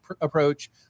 approach